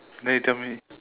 then he tell me